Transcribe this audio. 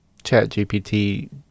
ChatGPT